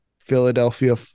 Philadelphia